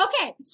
Okay